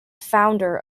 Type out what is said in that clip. founder